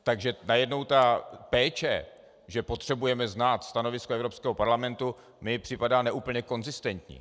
Takže najednou ta péče, že potřebujeme znát stanovisko Evropského parlamentu, mi nepřipadá ne úplně konzistentní.